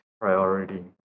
priority